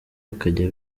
bakajya